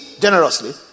generously